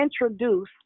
introduce